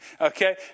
okay